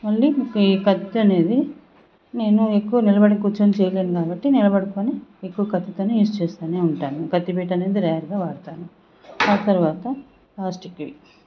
మళ్ళీ ఈ కత్తి అనేది నేను ఎక్కువ నిలబడి కూర్చొని చేయలేను కాబట్టి నిలబడుకొని ఎక్కువ కత్తితోనే యూస్ చేస్తానే ఉంటాను ఈ కత్తిపీట అనేది రేర్గా వాడతాను ఆ తరవాత ప్లాస్టిక్వి